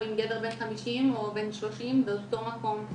עם גבר בן 50 או בן 30 באותו מקום,